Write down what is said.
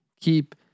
Keep